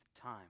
time